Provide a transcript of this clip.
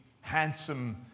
handsome